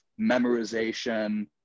memorization